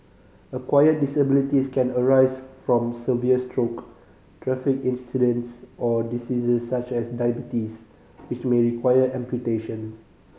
acquired disabilities can arise from severe stroke traffic accidents or diseases such as diabetes which may require amputation